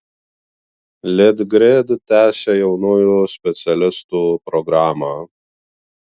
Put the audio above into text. litgrid tęsia jaunųjų specialistų programą